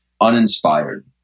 uninspired